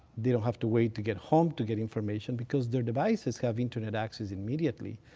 they don't have to wait to get home to get information, because their devices have internet access immediately,